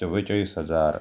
चव्वेचाळीस हजार